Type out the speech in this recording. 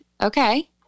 okay